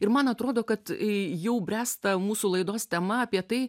ir man atrodo kad jau bręsta mūsų laidos tema apie tai